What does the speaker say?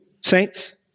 saints